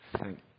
Thank